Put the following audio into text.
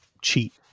cheat